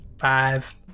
five